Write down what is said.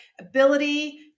ability